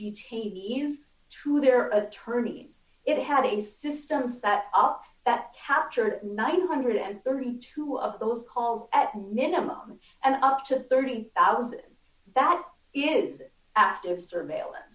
detainees to their attorneys it had a system set up that captured nine hundred and thirty two of those calls at minimum and up to thirty thousand dollars that is active surveillance